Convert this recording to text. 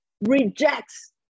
rejects